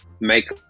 make